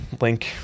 link